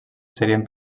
serien